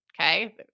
Okay